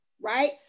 Right